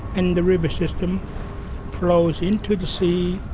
and the river system flows into the sea,